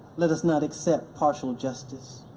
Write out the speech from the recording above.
let us not accept partial justice.